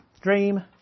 Dream